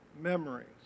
memories